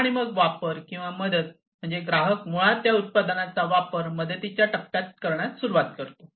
आणि मग वापर किंवा मदत म्हणजे ग्राहक मुळात या उत्पादनाचा वापर मदतीच्या टप्प्यात करण्यास सुरवात करतो